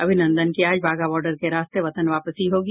अभिनंदन की आज बाघा बॉर्डर के रास्ते वतन वापसी होगी